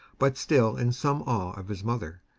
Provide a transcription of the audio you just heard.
but still in some awe of his mother,